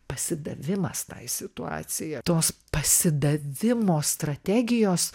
pasidavimas tai situacija tos pasidavimo strategijos